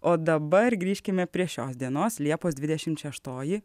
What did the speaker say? o dabar grįžkime prie šios dienos liepos dvidešimt šeštoji